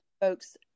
folks